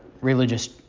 religious